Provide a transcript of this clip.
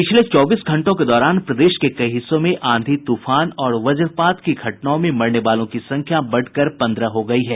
पिछले चौबीस घंटों के दौरान प्रदेश के कई हिस्सों में आंधी तूफान और वज्रपात की घटनाओं में मरने वालों की संख्या बढ़कर पंद्रह हो गयी है